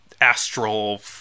astral